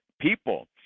people